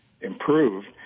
improved